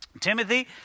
Timothy